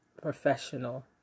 professional